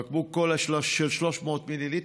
בקבוק קולה של 300 מ"ל.